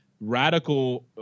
radical